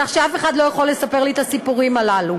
כך שאף אחד לא יכול לספר לי את הסיפורים הללו.